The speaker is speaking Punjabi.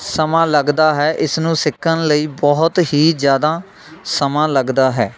ਸਮਾਂ ਲੱਗਦਾ ਹੈ ਇਸ ਨੂੰ ਸਿੱਖਣ ਲਈ ਬਹੁਤ ਹੀ ਜ਼ਿਆਦਾ ਸਮਾਂ ਲੱਗਦਾ ਹੈ